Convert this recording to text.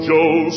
Joe